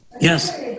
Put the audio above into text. Yes